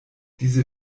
diese